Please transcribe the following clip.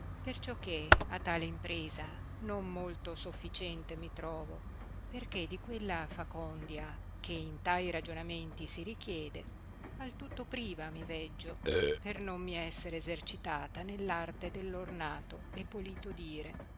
principio perciò che a tal impresa non molto sofficiente mi trovo perchè di quella facondia che in tai ragionamenti si richiede al tutto priva mi veggio per non mi essere essercitata nell'arte dell'ornato e polito dire